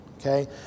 okay